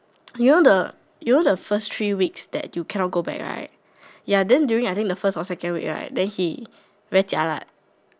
you know the you know the first three weeks that you cannot go back right ya then during I think the first or second week right then he very jialat